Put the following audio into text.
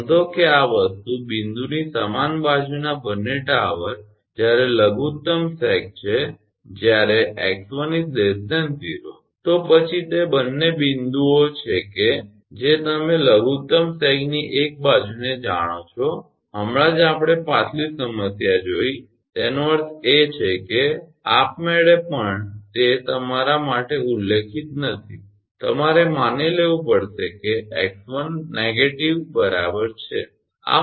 નોંધો કે આ વસ્તુ બિંદુની સમાન બાજુના બંને ટાવર જ્યારે લઘુત્તમ સેગ છે જ્યારે 𝑥1 0 તો પછી તે બંને બિંદુઓ છે કે જે તમે લઘુત્તમ સેગની એક બાજુને જાણો છો હમણાં જ આપણે પાછલી સમસ્યા જોઇ તેનો અર્થ એ છે કે આપમેળે પણ તે તમારા માટે ઉલ્લેખિત નથી તમારે માની લેવું પડશે કે 𝑥1 નકારાત્મક બરાબર છે